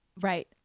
right